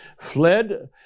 fled